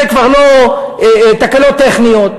זה כבר לא תקלות טכניות,